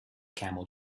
camel